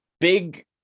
big